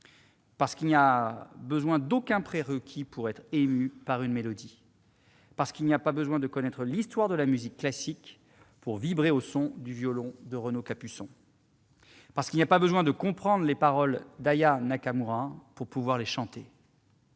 parce qu'il n'y a besoin d'aucun prérequis pour être ému par une mélodie, parce qu'il n'y a pas besoin de connaître l'histoire de la musique classique pour vibrer au son du violon de Renaud Capuçon, parce qu'il n'y a pas besoin de comprendre les paroles d'Aya Nakamura pour pouvoir les chanter.